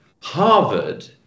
Harvard